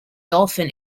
dolphin